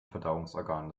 verdauungsorgan